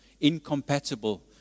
Incompatible